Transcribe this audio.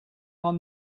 are